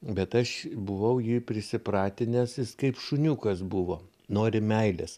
bet aš buvau jį prisipratinęs jis kaip šuniukas buvo nori meilės